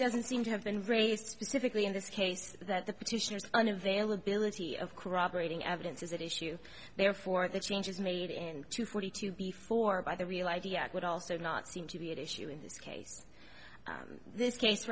doesn't seem to have been raised specifically in this case that the petitioners on availability of corroborating evidence of that issue therefore the changes made in two forty two before by the real id act would also not seem to be at issue in this case this case